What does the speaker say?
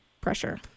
pressure